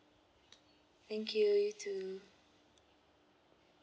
thank you you too